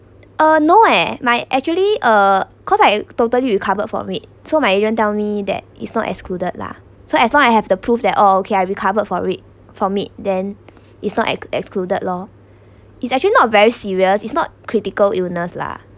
uh no eh my actually uh cause I totally recovered from it so my agent tell me that is not excluded lah so as long I have to prove that all okay I recovered for it from it then it's not excluded lor it's actually not a very serious it's not critical illness lah